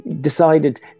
decided